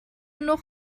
noch